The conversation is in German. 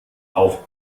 auch